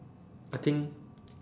I think